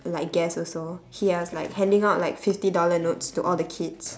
like guest also he was like handing out like fifty dollar notes to all the kids